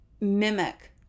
mimic